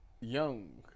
Young